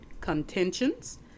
contentions